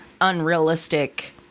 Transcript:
unrealistic